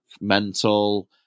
Mental